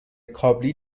کابلی